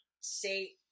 say